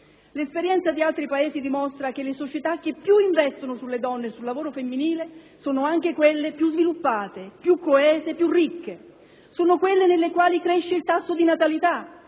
L'esperienza di altri Paesi dimostra che le società che più investono sulle donne e sul lavoro femminile sono anche quelle più sviluppate, più coese, più ricche, sono quelle nelle quali cresce il tasso di natalità,